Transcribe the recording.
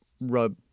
rub